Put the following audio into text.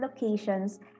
locations